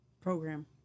program